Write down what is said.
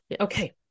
Okay